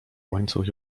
łańcuch